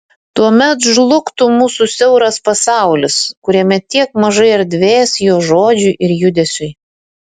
tuomet žlugtų mūsų siauras pasaulis kuriame tiek mažai erdvės jo žodžiui ir judesiui